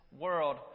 world